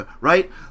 right